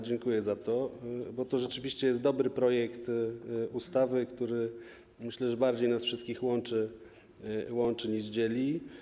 Dziękuję za to, bo to rzeczywiście jest dobry projekt ustawy, który, myślę, bardziej nas wszystkich łączy, niż dzieli.